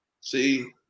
See